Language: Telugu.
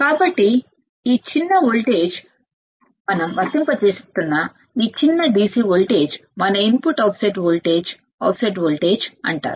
కాబట్టి ఈ చిన్న వోల్టేజ్ మనం వర్తింపజేస్తున్న ఈ చిన్న DC వోల్టేజ్మన ఇన్పుట్ ఆఫ్సెట్ వోల్టేజ్ అంటారు